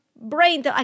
brain